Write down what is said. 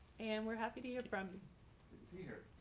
and we're happy to hear from here.